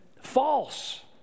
false